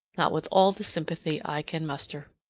not with all the sympathy i can muster.